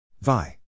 Vi